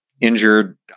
injured